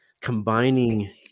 combining